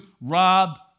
rob